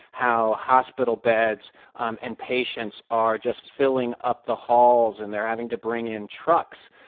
how hospital beds um and patients are just filling up the halls. and they're having to bring in trucks,